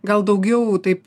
gal daugiau taip